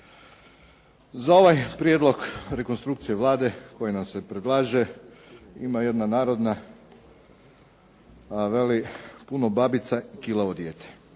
Za ovaj prijedlog rekonstrukcije Vlade koji nam se predlaže, ima jedna narodna, a veli "Puno babica, kilavo dijete".